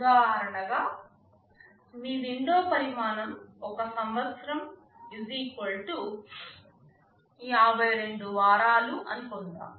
ఉదాహరణగా మీ విండో పరిమాణం I సంవత్సరం 52 వారాలు అని అనుకుందాం